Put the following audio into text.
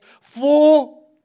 full